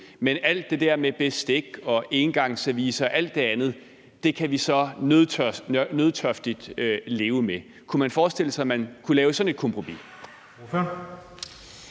men alt det der med bestik og engangsservice og alt det andet kan man så nødtørftigt leve med? Kunne man forestille sig, at der kunne laves sådan et kompromis?